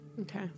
Okay